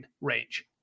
range